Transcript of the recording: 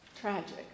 Tragic